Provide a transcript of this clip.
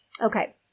Okay